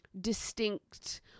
distinct